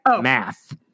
math